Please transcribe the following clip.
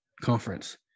conference